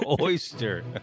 oyster